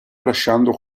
lasciando